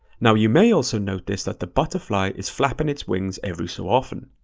now you may also notice that the butterfly is flapping its wings every so often.